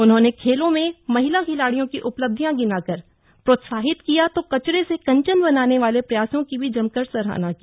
उन्होंने खेलों में महिला खिलाड़ियों की उपलब्धियां गिनाकर प्रोत्साहित किया तो कचरे से कंचन बनाने वाले प्रयासों की भी जमकर सराहना की